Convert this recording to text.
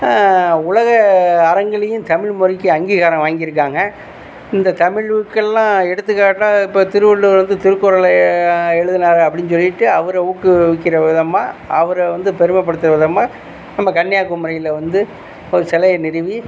உலக அரங்கிலியும் தமிழ் மொழிக்கு அங்கீகாரம் வாங்கியிருக்காங்க இந்த தமிழுக்கெல்லாம் எடுத்துக்காட்டாக இப்போ திருவள்ளுவர் வந்து திருக்குறளை எழுதினாரு அப்படின்னு சொல்லிவிட்டு அவரை ஊக்குவிக்கின்ற விதமாக அவரை வந்து பெருமைப்படுத்துற விதமாக நம்ம கன்னியாகுமரியில் வந்து ஒரு சிலைய நிறுவி